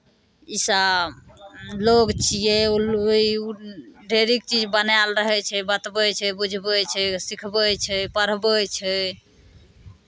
इसभ लोक छियै ई ढेरिक चीज बनायल रहै छै बतबै छै बुझबै छै सिखबै छै पढ़बै छै